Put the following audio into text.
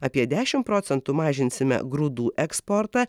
apie dešimt procentų mažinsime grūdų eksportą